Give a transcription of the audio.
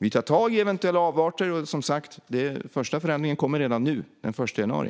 Vi tar tag i eventuella avarter! Den första förändringen kommer som sagt redan nu, den 1 januari.